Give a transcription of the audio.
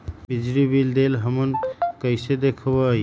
बिजली बिल देल हमन कईसे देखब?